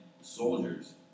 soldiers